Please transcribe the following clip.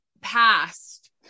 past